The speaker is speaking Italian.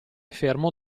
fermo